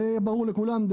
זה ברור לכולם.